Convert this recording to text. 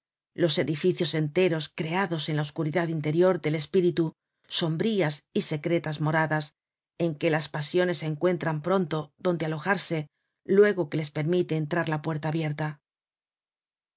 los edificios enteros creados en la oscuridad interior del espíritu sombrías y secretas moradas en que las pasiones encuentran pronto donde alojarse luego que les permite entrar la puerta abierta